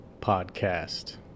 podcast